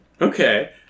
Okay